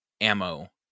ammo